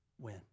win